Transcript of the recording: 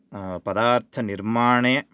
पदार्थनिर्माणे